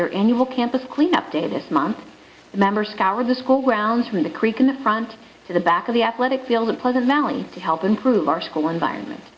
their annual campus queen update this month remember scour the school grounds from the creek in the front to the back of the athletic field and pleasant valley to help improve our school environment